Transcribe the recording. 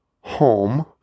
home